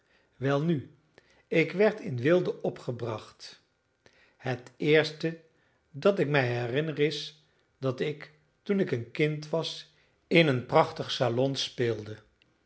welnu ik werd in weelde opgebracht het eerste dat ik mij herinner is dat ik toen ik een kind was in een prachtig salon speelde